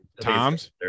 Tom's